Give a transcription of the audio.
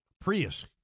Prius